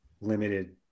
limited